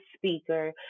speaker